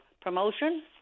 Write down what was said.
promotion